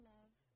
Love